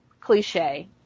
cliche